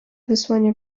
wysłanie